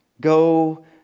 go